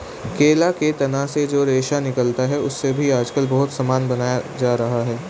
केला के तना से जो रेशा निकलता है, उससे भी आजकल बहुत सामान बनाया जा रहा है